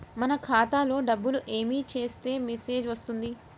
మన ఖాతాలో డబ్బులు ఏమి చేస్తే మెసేజ్ వస్తుంది?